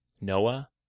Noah